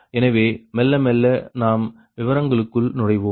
எனவே மெல்ல மெல்ல நாம் விவரங்களுக்குள் நுழைவோம்